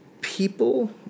people